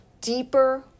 deeper